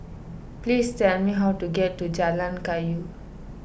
please tell me how to get to Jalan Kayu